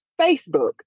Facebook